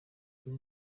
kuri